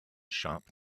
sharp